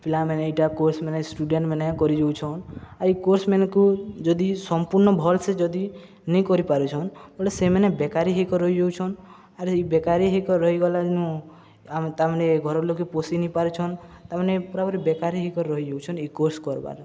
ପିଲାମାନେ ଏଇଟା କୋର୍ସମାନେ ଷ୍ଟୁଡେଣ୍ଟମାନେ କରି ଯାଉଛନ୍ ଆର୍ ଏଇ କୋର୍ସମାନକୁ ଯଦି ସମ୍ପୂର୍ଣ୍ଣ ଭଲସେ ଯଦି ନାଇଁ କରିପାରୁଛନ୍ ବୋଲେ ସେମାନେ ବେକାରୀ ହେଇକରି ରହିଯାଉଛନ୍ ଆର୍ ଏଇ ବେକାରୀ ହେଇକରି ରହିଗଲା ତାମାନେ ଘର ଲୋକେ ପୋଷି ନାଇଁ ପାରୁଛନ୍ ତାମାନେ ପୁରାପୁରି ବେକାରୀ ହେଇକରି ରହିଯାଉଛନ୍ ଏଇ କୋର୍ସ କର୍ବାର